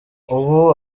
ubu